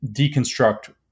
deconstruct